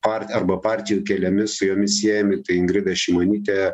par arba partijų keliami su jomis siejami tai ingrida šimonytė